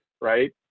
right